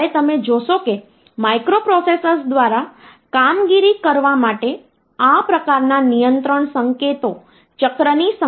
જો તમે 2 n bit number ઉમેરતા હોવ તો પરિણામ n પ્લસ 1 બીટનું હોઈ શકે છે અને તેનાથી વધુ નહીં